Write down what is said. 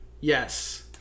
Yes